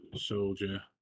soldier